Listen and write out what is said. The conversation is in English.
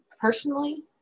personally